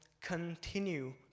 continue